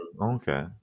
Okay